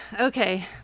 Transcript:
Okay